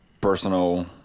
personal